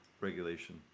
regulation